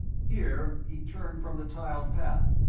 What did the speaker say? here he turned from the tiled path.